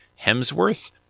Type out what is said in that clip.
Hemsworth